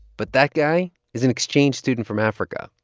but that guy is an exchange student from africa.